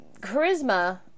Charisma